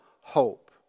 hope